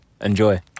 Enjoy